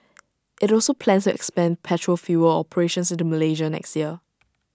IT also plans to expand petrol fuel operations into Malaysia next year